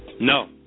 no